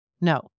No